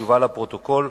תשובה לפרוטוקול.